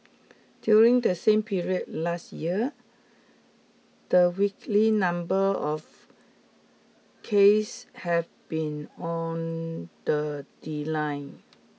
during the same period last year the weekly number of case have been on the